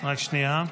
כנוסח הוועדה,